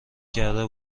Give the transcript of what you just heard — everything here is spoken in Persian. کرده